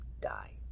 die